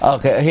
Okay